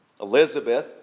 Elizabeth